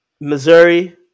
Missouri